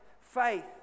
faith